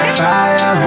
fire